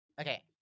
Okay